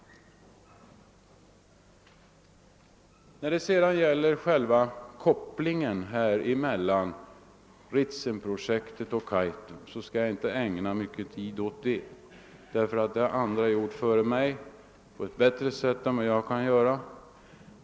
Vad beträffar själva kopplingen mellan Ritsemoch Kaitumprojekten skall jag inte ägna mycken tid åt den saken. Det har andra gjort före mig på ett bättre sätt än jag kan göra.